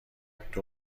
اکتبر